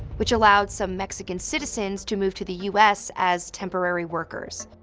which allowed some mexican citizens to move to the us as temporary workers.